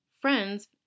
friends